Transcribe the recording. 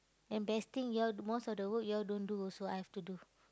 and best thing you all most of the work you all don't do also I have to do